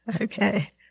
Okay